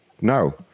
No